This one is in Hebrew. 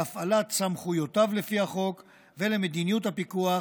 להפעלת סמכויותיו לפי החוק ולמדיניות הפיקוח